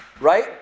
Right